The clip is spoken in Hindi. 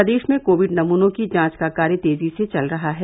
प्रदेश में कोविड नमूनों की जांच का कार्य तेजी से चल रहा है